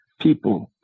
people